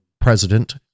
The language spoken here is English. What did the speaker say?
President